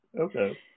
Okay